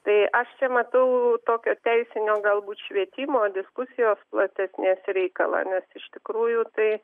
tai aš čia matau tokio teisinio galbūt švietimo diskusijos platesnės reikalą nes iš tikrųjų tai